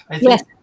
Yes